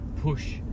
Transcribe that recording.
push